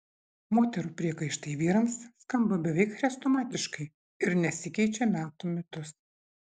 moterų priekaištai vyrams skamba beveik chrestomatiškai ir nesikeičia metų metus